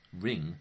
ring